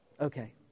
Okay